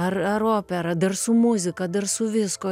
ar ar opera dar su muzika dar su viskuo